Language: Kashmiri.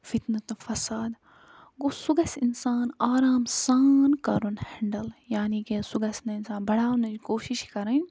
فتنہٕ تہٕ فَساد گوٚو سُہ گژھِ اِنسان آرام سان کَرُن ہٮ۪نٛڈٕل یعنی کہِ سُہ گژھِ نہٕ اِنسان بڑاونٕچ کوٗشِش کَرٕنۍ